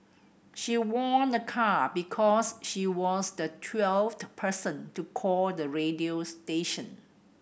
she won a car because she was the twelfth person to call the radio station